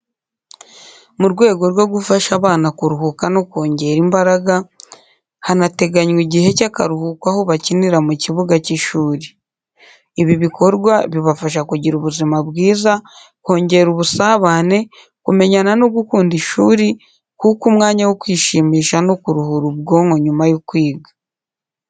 Mu rwego rwo gufasha abana kuruhuka no kongera imbaraga, hanateganywa igihe cy’akaruhuko aho bakinira mu kibuga cy’ishuri. Ibi bikorwa bibafasha kugira ubuzima bwiza, kongera ubusabane, kumenyana no gukunda ishuri kuko umwanya wo kwishimisha no kuruhura ubwonko nyuma yo kwiga.